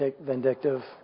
vindictive